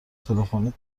تلفنی